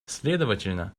следовательно